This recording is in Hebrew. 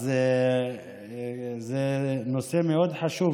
אז זה נושא מאוד חשוב,